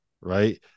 right